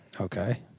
Okay